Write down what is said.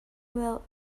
will